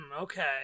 okay